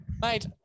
Mate